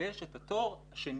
ויש את התור השני,